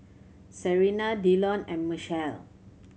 Serina Dillon and Machelle